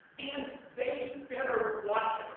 and they better watch